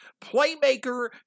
playmaker